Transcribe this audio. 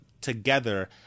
together